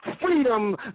Freedom